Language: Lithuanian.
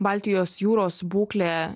baltijos jūros būklė